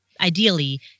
ideally